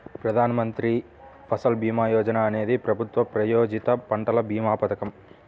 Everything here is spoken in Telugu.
ప్రధాన్ మంత్రి ఫసల్ భీమా యోజన అనేది ప్రభుత్వ ప్రాయోజిత పంటల భీమా పథకం